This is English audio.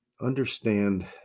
understand